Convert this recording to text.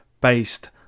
based